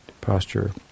posture